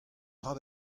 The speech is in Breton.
dra